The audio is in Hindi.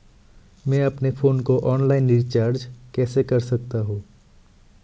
मैं अपने फोन को ऑनलाइन रीचार्ज कैसे कर सकता हूं?